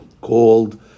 called